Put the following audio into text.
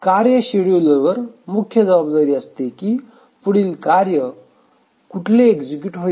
कार्य शेड्युलर वर मुख्य जबाबदारी असते की पुढील कार्य कुठचे एक्झिक्युट होईल